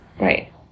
Right